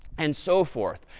and so forth.